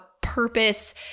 purpose